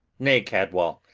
nay, cadwal,